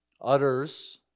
utters